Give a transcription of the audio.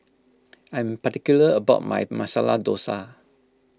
I'm particular about my Masala Dosa